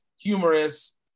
Humorous